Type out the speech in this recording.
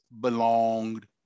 belonged